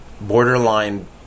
borderline